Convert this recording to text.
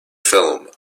film